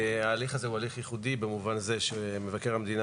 ההליך הזה הוא הליך ייחודי במובן זה שמבקר המדינה